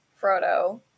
Frodo